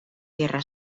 tierra